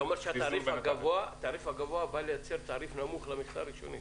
אתה אומר שהתעריף הגבוה בא לייצר תעריף נמוך למכסה הראשונית.